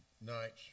nights